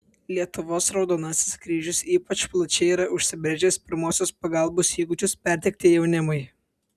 lietuvos raudonasis kryžius ypač plačiai yra užsibrėžęs pirmosios pagalbos įgūdžius perteikti jaunimui